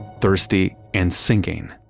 thirsty, and sinking.